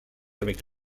avec